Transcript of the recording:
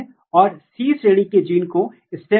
इस तरह के फेनोटाइप को एडिटिव फेनोटाइप कहा जाता है